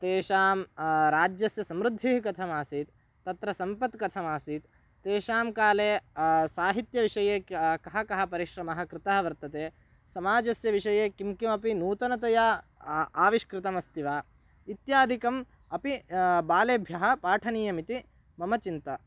तेषां राज्यस्य समृद्धिः कथम् आसीत् तत्र सम्पत् कथमासीत् तेषां काले साहित्यविषये कः कः कः परिश्रमः कृतः वर्तते समाजस्य विषये किं किमपि नूतनतया आ आविष्कृतमस्ति वा इत्यादिकम् अपि बालेभ्यः पाठनीयमिति मम चिन्ता